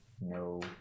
No